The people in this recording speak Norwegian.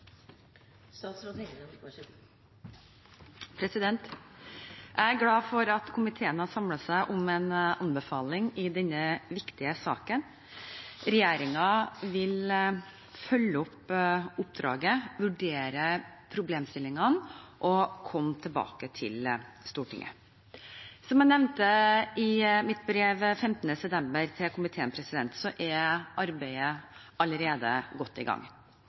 Jeg er glad for at komiteen har samlet seg om en anbefaling i denne viktige saken. Regjeringen vil følge opp oppdraget, vurdere problemstillingene og komme tilbake til Stortinget. Som jeg nevnte i mitt brev 15. september til komiteen, er arbeidet allerede godt i gang.